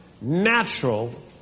natural